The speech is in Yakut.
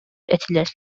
этилэр